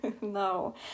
No